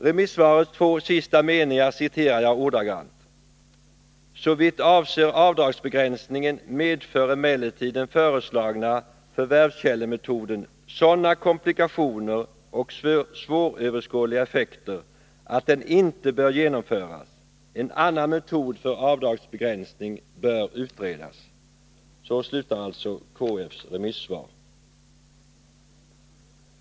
Remissvarets två sista meningar citerar jag ordagrant: ”Såvitt avser avdragsbegränsningen medför emellertid den föreslagna förvärvskällemetoden sådana komplikationer och svåröverskådliga effekter att den inte bör genomföras. En annan metod för avdragsbegränsning bör utredas.” Så slutar alltså KF:s remissvar.